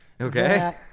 Okay